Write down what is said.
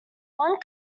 one